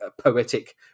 poetic